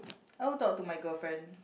I will talk to my girlfriend